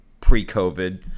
pre-COVID